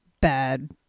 bad